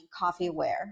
coffeeware